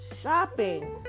shopping